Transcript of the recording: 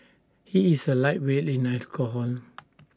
he is A lightweight in alcohol